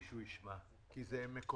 שהוא ישמע, כי זה מקומם